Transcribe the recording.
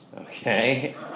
Okay